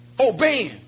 obeying